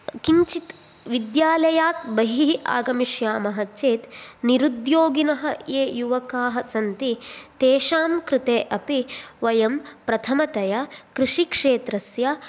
किञ्चित् विद्यालयात् बहिः आगमिष्यामः चेत् निरुद्योगिनः ये युवकाः सन्ति तेषां कृते अपि वयं प्रथमतया कृषिक्षेत्रस्य